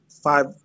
Five